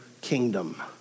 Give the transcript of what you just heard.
kingdom